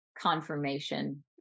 confirmation